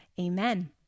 Amen